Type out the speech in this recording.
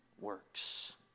works